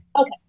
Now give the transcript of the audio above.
Okay